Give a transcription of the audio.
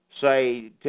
say